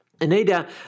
Anita